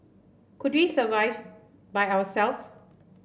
could we survive by ourselves